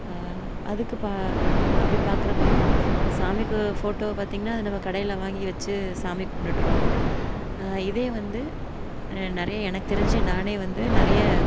அதுக்கு ப அப்படி பார்க்குறப்போ சாமிக்கு ஃபோட்டோவை பார்த்திங்னா அது நம்ம கடையில் வாங்கி வச்சி சாமி கும்பிடுட்றோம் இதே வந்து நிறைய எனக்கு தெரிஞ்சு நானே வந்து நிறைய